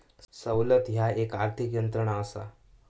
सवलत ह्या एक आर्थिक यंत्रणा असा